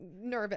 nervous